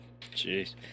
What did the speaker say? Jeez